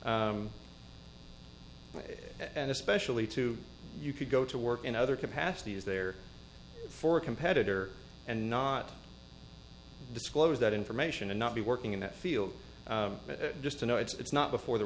and especially to you could go to work in other capacities there for a competitor and not disclose that information and not be working in that field just to know it's not before the